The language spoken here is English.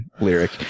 lyric